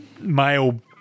male